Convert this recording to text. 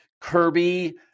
Kirby